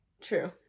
True